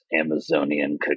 Amazonian